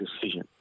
decision